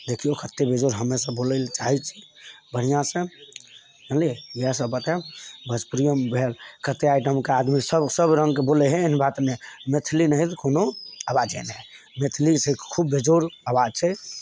देखियौ कतेक बेजोड़ हमे सब बोलै लै चाहैत छी बढ़िआँ से बुझलिऐ इहाँ सब लऽके भोजपुरियोमे भेल कतेक आइटमके आदमी सब सब रङ्गके बोलै हय एहन बात नहि मैथिली नहि हय तऽ कोनो आबाजे नहि हय मैथिली से खूब बेजोड़ आबाज छै